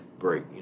break